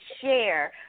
share